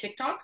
TikToks